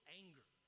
anger